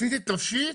פיזי לנפשי,